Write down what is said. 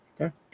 Okay